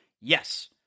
Yes